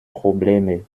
probleme